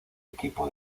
equipo